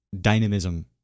dynamism